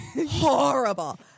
horrible